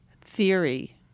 theory